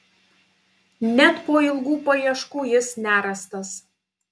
net po ilgų paieškų jis nerastas